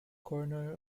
corner